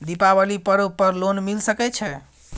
दीपावली पर्व पर लोन मिल सके छै?